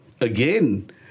Again